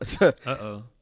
Uh-oh